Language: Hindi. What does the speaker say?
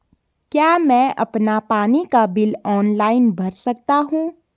क्या मैं अपना पानी का बिल ऑनलाइन भर सकता हूँ?